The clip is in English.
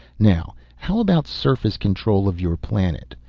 now how about surface control of your planet.